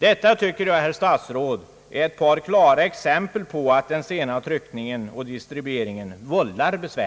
Jag tycker, herr statsråd, att detta är ett par klara exempel på att den sena tryckningen och distribueringen vållar besvär.